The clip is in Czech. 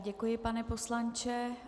Děkuji, pane poslanče.